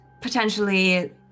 potentially